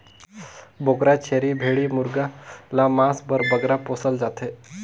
बोकरा, छेरी, भेंड़ी मुरगा ल मांस बर बगरा पोसल जाथे